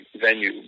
venue